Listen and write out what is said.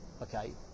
okay